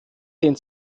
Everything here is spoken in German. den